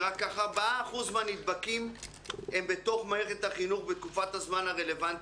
שרק 4% מהנדבקים הם בתוך מערכת החינוך בתקופת הזמן הרלוונטית.